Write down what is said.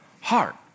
heart